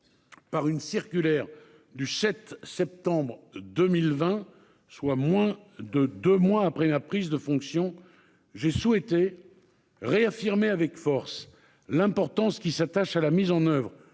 Par une circulaire du 7 septembre 2020, soit moins de deux mois après ma prise de fonctions, j'ai souhaité réaffirmer avec force l'importance qui s'attache à la mise en oeuvre